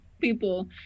people